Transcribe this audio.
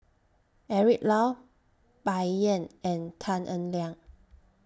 Eric Low Bai Yan and Tan Eng Liang